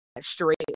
straight